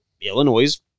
Illinois